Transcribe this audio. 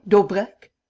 daubrecq.